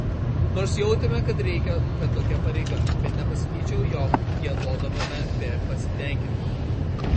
nors jautėme kad reikia kad tokia pareiga bet nepasakyčiau jog giedodavome be pasitenkinimo